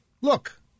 Look